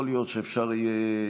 יכול להיות שאפשר יהיה,